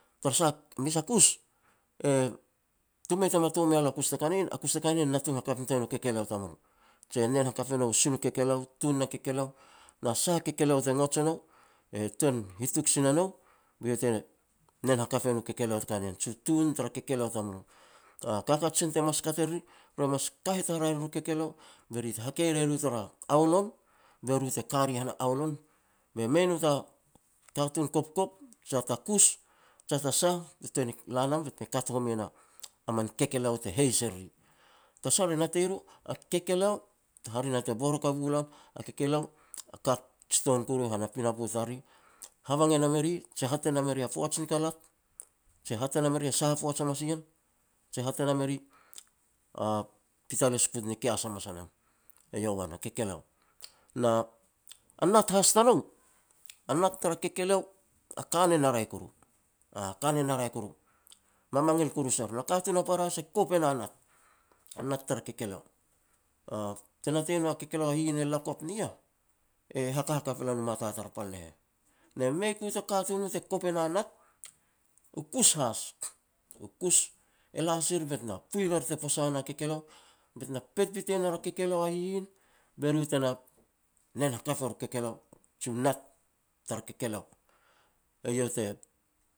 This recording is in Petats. tara sah mes a kus, tumu mei tama to mea lo a kus te ka na ien, a kus te ka na ien natung hakap nitoa e no u kekeleo tamulo, jia nen hakap e no e si no kekeleo, tun na kekeleo na sah a kekeleo te ngots e nou, e tuan hituk sin e nou be te nen hakap e nu kekeleo te ka na ien, jiu tun tara kekeleo tamulo. Ka kajen te mas kaj e riri re mas kahet haraeh ne ru kekeleo be ri te hakei re ru tara aolon, be ru te ka ri han a aolon, be mei nou ta katun kopkop je ta kus jia ta sah te tuan ni la nam be te kat home na a man kekeleo te heis e riri tara sah re natei ru a kekeleo hare na te bor hakap gu lan, a kekeleo a ka jitoun koru hana pinapo tariri, habang e nam e ri jia hat e nam e ri a poaj ni kalat, je hat e nam e ri sah a poaj hamas i ien, je hat e nam e ri a pital e sukut ni kias hamas a nam. Eiau wan a kekeleo na a nat has tanou, a nat tara kekeleo a kanen a raeh koru. A kanen a raeh koru, mamangil koru ser, na katun para has a kop e na nat, a nat tara kekeleo. a te natei nao a kekeleo a hihin e lakop ni ya, e haka hakap e lan u mata tar pal ne heh, ne mei ku ta katun u te kop e na nat, u kus has, u kus e la sir bet na puil ria te posa na kekeleo bet na pet bitein er a kekeleo a hihin. Be ru tena nen hakap er u kekeleo jiu nat tara kekeleo. Eiau te